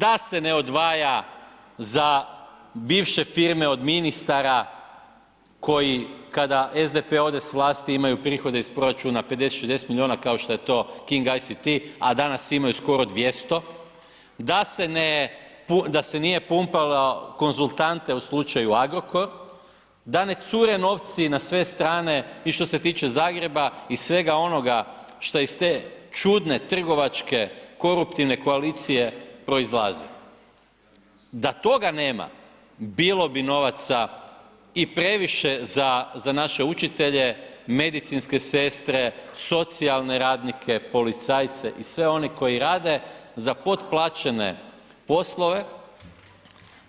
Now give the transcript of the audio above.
Da se ne odvaja za bivše firme od ministara koji kada SDP ode sa vlasti imaju prihode iz proračuna 50, 60 milijuna kao što je to KING ICT a danas imaju skoro 200, da se nije pumpalo konzultante u slučaju Agrokor, da ne cure novci na sve strane i što se tiče Zagreba i svega onoga šta iz te čudne, koruptivne koalicije proizlazi, da toga nema, bilo bi novaca i previše za naše učitelje, medicinske sestre, socijalne radnike, policajce i sve one koji rade za potplaćene poslove